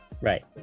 Right